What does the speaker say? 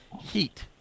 heat